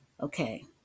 okay